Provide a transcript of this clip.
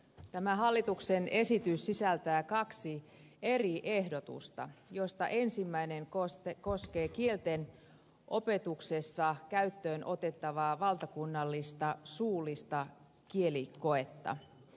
tämä hallituksen esitys sisältää kaksi eri ehdotusta joista ensimmäinen koskee kielten opetuksessa käyttöön otettavaa valtakunnallista suullista kielikoetta